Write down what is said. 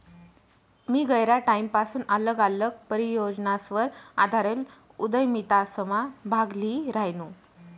मी गयरा टाईमपसून आल्लग आल्लग परियोजनासवर आधारेल उदयमितासमा भाग ल्ही रायनू